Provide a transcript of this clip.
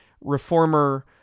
reformer